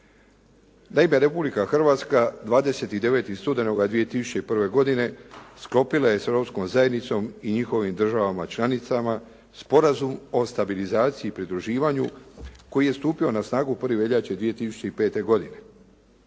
Naime Republika Hrvatska 29. studenoga 2001. godine sklopila je s Europskom zajednicom i njihovim državama članicama Sporazum o stabilizaciji i pridruživanju koji je stupio na snagu 1. veljače 2005. godine.